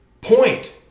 point